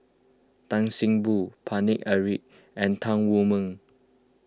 Tan See Boo Paine Eric and Tan Wu Meng